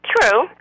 True